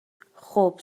خوب